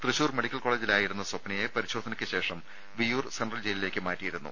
Thrissur medical കോളജിലായിരുന്ന സ്വപ്നയെ പരിശോധനയ്ക്ക് ശേഷം വിയൂർ സെൻട്രൽ ജയിലിലേക്ക് മാറ്റിയിരുന്നു